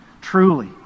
truly